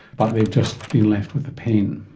but they have just been left with the pain?